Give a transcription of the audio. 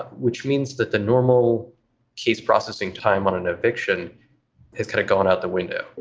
but which means that the normal case processing time on an eviction is kind of gone out the window.